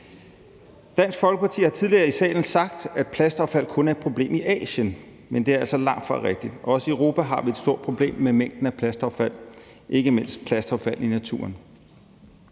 Dansk Folkeparti har tidligere i salen sagt, at plastaffald kun er et problem i Asien, men det er altså langtfra rigtigt. Også i Europa har vi et stort problem med mængden af plastaffald, ikke mindst plastaffald i naturen.